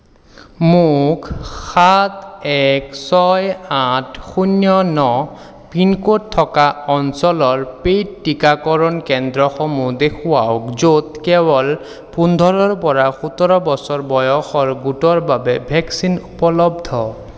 মোক সাত এক ছয় আঠ শূন্য ন পিনক'ড থকা অঞ্চলৰ পে'ইড টীকাকৰণ কেন্দ্ৰসমূহ দেখুৱাওক য'ত কেৱল পোন্ধৰৰ পৰা সোতৰ বছৰ বয়সৰ গোটৰ বাবে ভেকচিন উপলব্ধ